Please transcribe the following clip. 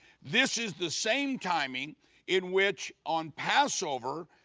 this is the same timing in which on passover,